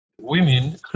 women